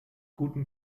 guten